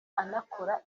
anakora